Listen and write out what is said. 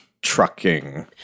Trucking